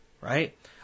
right